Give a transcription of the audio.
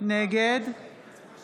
נגד מכלוף